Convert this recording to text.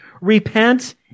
repent